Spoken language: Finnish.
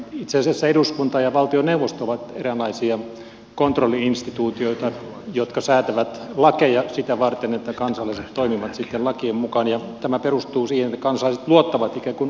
itse asiassa eduskunta ja valtioneuvosto ovat eräänlaisia kontrolli instituutioita jotka säätävät lakeja sitä varten että kansalaiset toimivat sitten lakien mukaan ja tämä perustuu siihen että kansalaiset luottavat ikään kuin auktoriteettiin